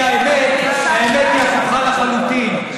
כי האמת, האמת הפוכה לחלוטין.